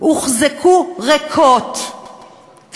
הוחזקו ריקות,